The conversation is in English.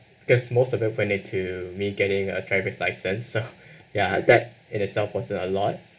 cause most them wanted to me getting a driver license so ya that in itself costing a lot